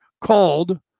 called